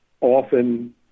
often